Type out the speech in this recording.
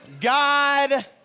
God